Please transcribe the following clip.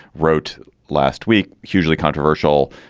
wrote last week, hugely controversial,